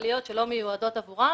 כלליות שלא מיועדות עבורם